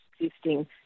existing